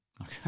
okay